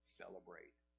celebrate